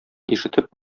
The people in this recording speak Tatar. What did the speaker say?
ишетеп